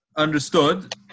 Understood